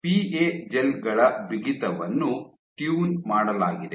PA gel ಗಳ ಬಿಗಿತವನ್ನು tune ಮಾಡಲಾಗಿದೆ